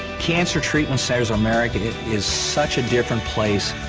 cancer treatment centers of america. it is such a different place,